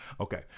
Okay